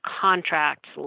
contracts